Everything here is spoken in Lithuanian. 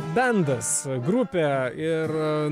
bendas grupė ir